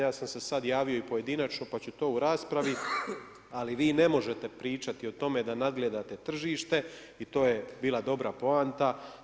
Ja sam se sad javio i pojedinačno, pa ću to u raspravi, ali vi ne možete pričati o tome, da nadgledate tržište i to je bila dobra poanta.